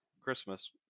Christmas